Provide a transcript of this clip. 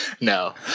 no